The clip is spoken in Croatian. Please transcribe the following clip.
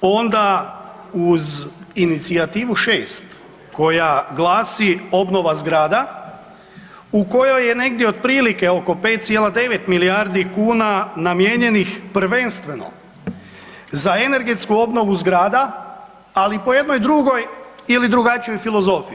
onda uz inicijativu 6 koja glasi „Obnova zgrada“ u kojoj je negdje otprilike oko 5,9 milijardi kuna namijenjenih prvenstveno za energetsku obnovu zgrada, ali po jednoj drugoj ili drugačijoj filozofiji.